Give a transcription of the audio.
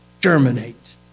germinate